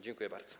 Dziękuję bardzo.